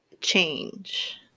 change